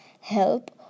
Help